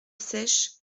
seiches